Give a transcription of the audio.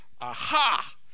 aha